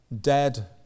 dead